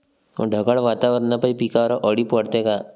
ढगाळ वातावरनापाई पिकावर अळी पडते का?